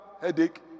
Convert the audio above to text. headache